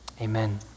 amen